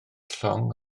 llong